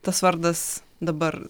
tas vardas dabar